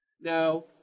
Now